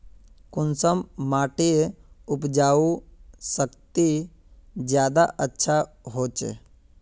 कुंसम माटिर उपजाऊ शक्ति ज्यादा अच्छा होचए?